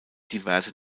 diverse